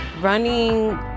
Running